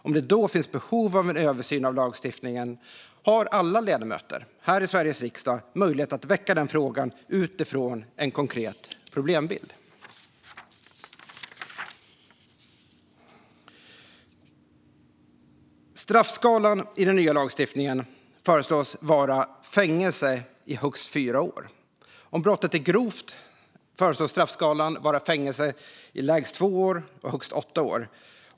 Om det då finns behov av en översyn av lagstiftningen har alla ledamöter här i Sveriges riksdag möjlighet att väcka frågan utifrån en konkret problembild. Straffskalan i den nya lagstiftningen föreslås vara fängelse i högst 4 år. Om brottet är grovt föreslås straffskalan vara fängelse i lägst 2 och högst 8 år.